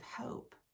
hope